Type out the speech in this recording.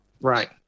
right